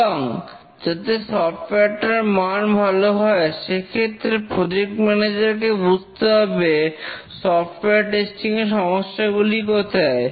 এবং যাতে সফটওয়্যার টার মান ভালো হয় সে ক্ষেত্রে প্রজেক্ট ম্যানেজার কে বুঝতে হবে সফটওয়্যার টেস্টিং এর সমস্যাগুলি কোথায়